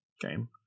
game